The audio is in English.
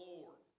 Lord